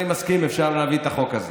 אני מסכים, אפשר להביא את החוק הזה,